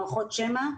מערכות שמע.